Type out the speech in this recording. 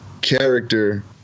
character